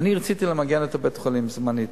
אני רציתי למגן את בית-החולים, זמנית,